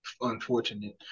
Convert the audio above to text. unfortunate